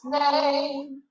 name